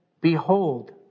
Behold